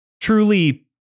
truly